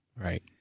Right